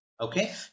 okay